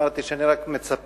ואמרתי שאני רק מצפה,